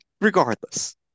regardless